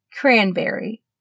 Cranberry